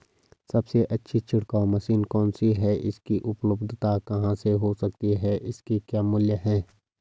सबसे अच्छी छिड़काव मशीन कौन सी है इसकी उपलधता कहाँ हो सकती है इसके क्या मूल्य हैं?